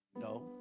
No